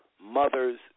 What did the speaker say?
mothers